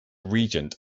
regent